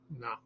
no